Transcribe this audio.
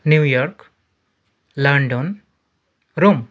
New York London Rome